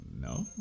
no